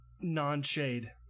non-shade